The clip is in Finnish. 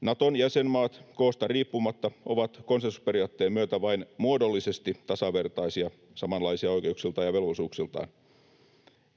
Naton jäsenmaat koosta riippumatta ovat konsensusperiaatteen myötä vain muodollisesti tasavertaisia, samanlaisia oikeuksiltaan ja velvollisuuksiltaan.